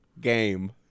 game